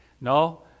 No